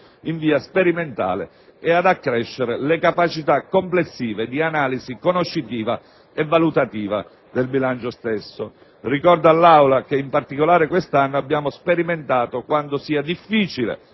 in via sperimentale) e ad accrescere le capacità complessive di analisi conoscitiva e valutativa del bilancio stesso. Ricordo all'Aula che in particolare quest'anno abbiamo sperimentato quanto sia difficile